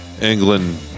England